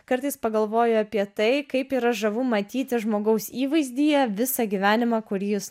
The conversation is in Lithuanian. kartais pagalvoju apie tai kaip yra žavu matyti žmogaus įvaizdyje visą gyvenimą kurį jūs